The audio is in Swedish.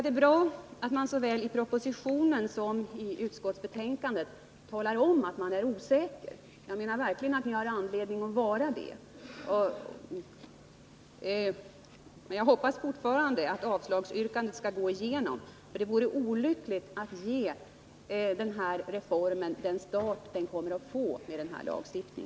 Det är bra att man såväl i propositionen som i utskottsbetänkandet talar om att man är osäker. Jag menar att ni verkligen har anledning att vara det. Jag hoppas fortfarande att avslagsyrkandet skall gå igenom, för det vore olyckligt att ge denna reform den start den kommer att få med denna lagstiftning.